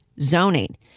zoning